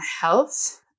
health